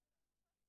היום 11 בנובמבר 2018,